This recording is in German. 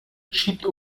schiebt